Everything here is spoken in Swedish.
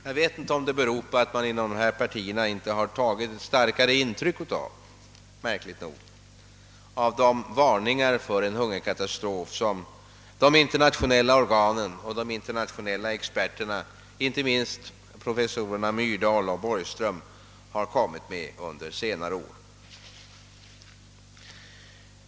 Jag vet inte om det beror på att man inom dessa partier märkligt nog inte har tagit starkare intryck av de varningar för en hungerkatastrof som de internationella organen och de internationella experterna, inte minst professorerna Myrdal och Borgström, framfört under senare år.